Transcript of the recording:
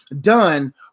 done